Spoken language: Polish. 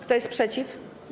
Kto jest przeciw?